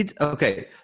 Okay